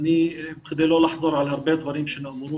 בכדי לא לחזור על הרבה דברים שנאמרו